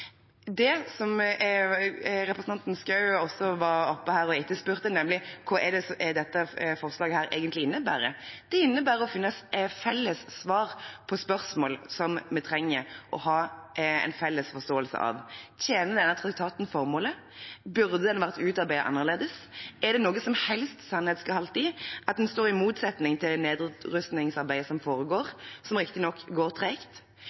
innebærer å finne felles svar på spørsmål som vi trenger å ha en felles forståelse av: Tjener denne traktaten formålet? Burde den vært utarbeidet annerledes? Er det noen som helst sannhetsgehalt i at den står i motsetning til nedrustningsarbeidet som foregår, som riktignok går